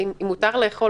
אם מותר לאכול,